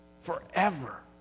forever